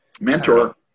mentor